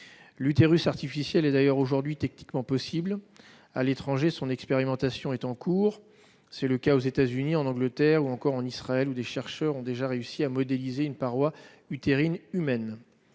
L'utérus artificiel est d'ailleurs aujourd'hui techniquement possible et, à l'étranger, son expérimentation est en cours. C'est notamment le cas aux États-Unis, en Angleterre et en Israël, où des chercheurs ont déjà réussi à modéliser une paroi utérine humaine.